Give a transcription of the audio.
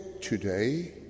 today